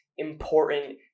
important